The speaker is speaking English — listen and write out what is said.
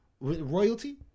Royalty